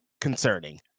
concerning